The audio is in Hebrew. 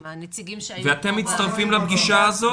עם הנציגים ש- -- ואתם מצטרפים לפגישה הזאת.